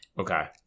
Okay